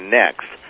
next